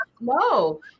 no